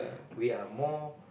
they are more